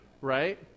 right